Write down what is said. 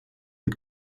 mit